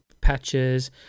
patches